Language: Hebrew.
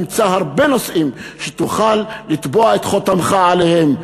תמצא הרבה נושאים שתוכל להטביע את חותמך עליהם.